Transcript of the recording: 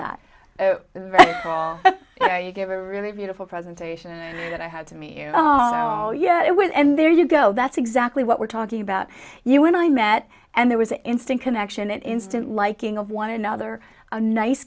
that you give a really beautiful presentation that i had to meet you oh yeah it was and there you go that's exactly what we're talking about you when i met and there was an instinct connection an instant liking of one another a nice